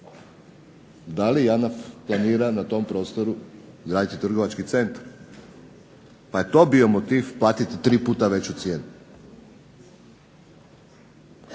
Da li JANAF planira na tom prostoru graditi trgovački centar, pa je to bio motiv platiti tri puta veću cijenu?